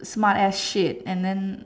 smartass shit and then